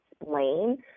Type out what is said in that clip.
explain